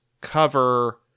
cover